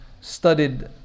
studied